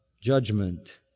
judgment